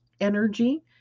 energy